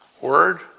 word